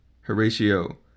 Horatio